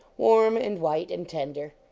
warm and white and tender.